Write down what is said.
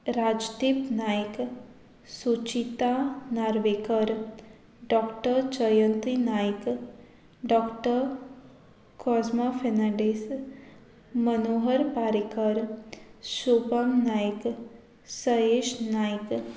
Rajdeep Naik Suchita Narvekar doctor Chayanti Naik doctor Cozma Fernandes Manohar Parekar Shobham Naik Sayesh Naik